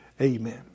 amen